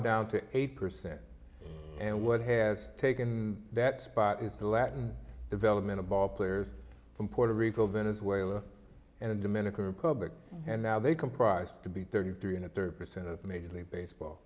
down to eight percent and what has taken that spot is the latin developmental ball players from puerto rico venezuela and the dominican republic and now they comprise to be thirty three and a third percent of major league baseball